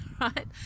right